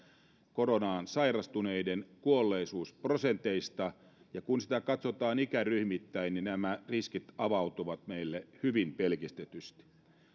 koronaan sairastuneiden kuolleisuusprosenteista ja kun sitä katsotaan ikäryhmittäin niin nämä riskit avautuvat meille hyvin pelkistetysti